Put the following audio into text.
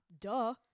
Duh